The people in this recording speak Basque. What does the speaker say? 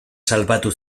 salbatu